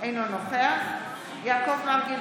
אינו נוכח יעקב מרגי,